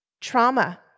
trauma